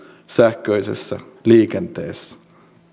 sähköisessä liikenteessä